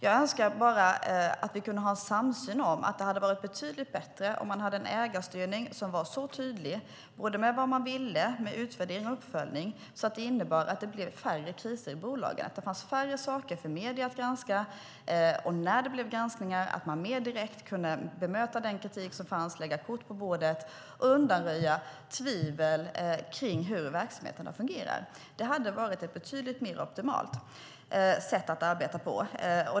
Jag önskar bara att vi kunde ha en samsyn om att det hade varit betydligt bättre om ägarstyrningen var så tydlig, både med vad man ville och med utvärdering och uppföljning, att det blev färre kriser i bolagen, att det fanns färre saker för medierna att granska och att man mer direkt kunde bemöta kritiken, lägga korten på bordet och undanröja tvivel om hur verksamheterna fungerar när det blev granskningar. Det hade varit ett betydligt mer optimalt sätt att arbeta på.